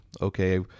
Okay